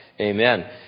amen